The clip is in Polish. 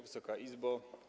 Wysoka Izbo!